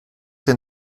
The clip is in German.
den